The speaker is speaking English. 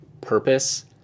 purpose